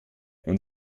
und